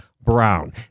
Brown